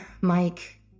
Mike